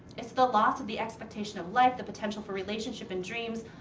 it's the loss of the expectation of life, the potential for relationship and dreams.